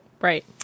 Right